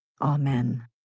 Amen